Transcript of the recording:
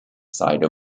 side